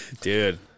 Dude